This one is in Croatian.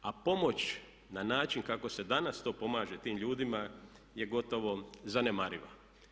A pomoć na način kako se danas to pomaže tim ljudima je gotovo zanemariva.